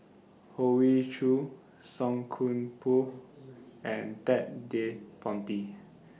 Hoey Choo Song Koon Poh and Ted De Ponti